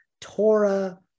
Torah